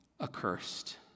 accursed